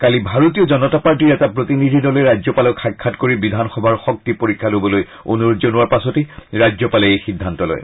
কালি ভাৰতীয় জনতা পাৰ্টিৰ এটা প্ৰতিনিধি দলে ৰাজ্যপালক সাক্ষাৎ কৰি বিধানসভাৰ শক্তি পৰীক্ষা ল'বলৈ অনুৰোধ জনোৱাৰ পাছতেই ৰাজ্যপালে এই সিদ্ধান্ত লয়